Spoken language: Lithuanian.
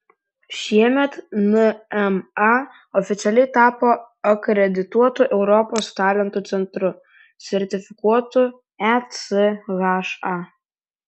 šiemet nma oficialiai tapo akredituotu europos talentų centru sertifikuotu echa